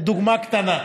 דוגמה קטנה.